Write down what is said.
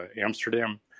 Amsterdam